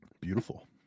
Beautiful